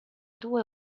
due